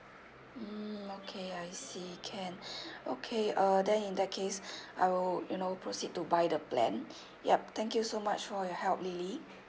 mm okay I see can okay uh then in that case I would you know proceed to buy the plan yup thank you so much for your help lily